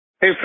Hey